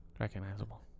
recognizable